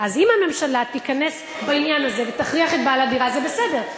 אם הממשלה תיכנס בעניין הזה ותכריח את בעל הדירה זה בסדר,